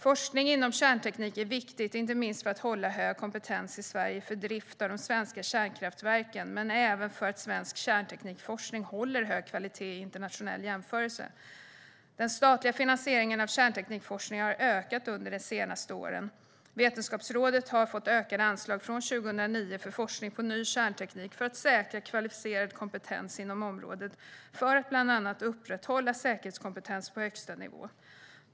Forskning inom kärnteknik är viktig inte minst för att hålla hög kompetens i Sverige för drift av de svenska kärnkraftverken men även för att svensk kärnteknikforskning håller hög kvalitet i internationell jämförelse. Den statliga finansieringen av kärnteknikforskning har ökat under de senaste åren. Vetenskapsrådet har fått ökade anslag från 2009 för forskning på ny kärnteknik för att säkra kvalificerad kompetens inom området för att bland annat upprätthålla säkerhetskompetens på högsta nivå.